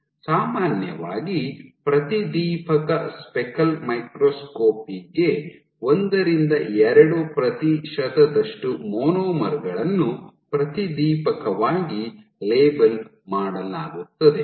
ಸಾಮಾನ್ಯವಾಗಿ ಪ್ರತಿದೀಪಕ speckle microscopy ಗೆ ಒಂದರಿಂದ ಎರಡು ಪ್ರತಿಶತದಷ್ಟು ಮೊನೊಮರ್ ಗಳನ್ನು ಪ್ರತಿದೀಪಕವಾಗಿ ಲೇಬಲ್ ಮಾಡಲಾಗುತ್ತದೆ